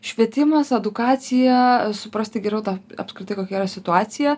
švietimas edukacija suprasti geriau tą apskritai kokia yra situacija